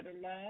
Love